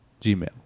Gmail